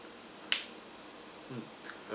mm